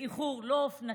באיחור לא אופנתי,